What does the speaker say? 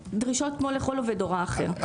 הן כמו לכל עובד הוראה אחר,